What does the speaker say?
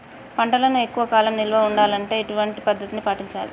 పంటలను ఎక్కువ కాలం నిల్వ ఉండాలంటే ఎటువంటి పద్ధతిని పాటించాలే?